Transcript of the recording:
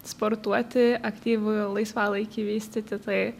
sportuoti aktyvų laisvalaikį vystyti tai